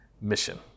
mission